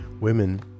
Women